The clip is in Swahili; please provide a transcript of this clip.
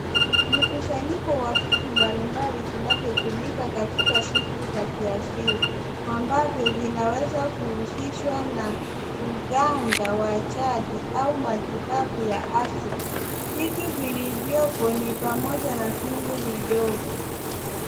Mkusanyiko wa vitu mbali mbali vinazotumika katika shughuli za kiasili, ambavyo vinaweza kuhusishwa na mganga wa jadi au matibabu ya asili. Vitu vilivyopo ni pamoja na viungu vidogo.